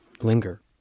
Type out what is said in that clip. linger